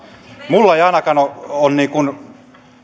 minulle ei ainakaan ole